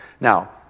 Now